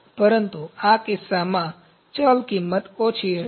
પરંતુ આ કિસ્સામાં ચલ કિંમત ઓછી હશે